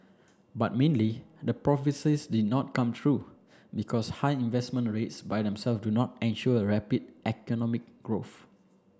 but mainly the prophecies did not come true because high investment rates by themselves do not ensure rapid economic growth